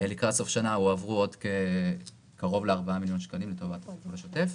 לקראת סוף השנה הועברו עוד קרוב ל-4 מיליון שקל לטובת התפעול השוטף.